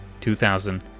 2000